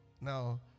Now